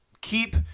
keep